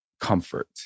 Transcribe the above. comfort